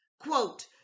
Quote